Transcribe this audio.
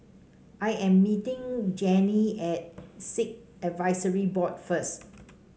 I am meeting Janey at Sikh Advisory Board first